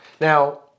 Now